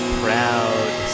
proud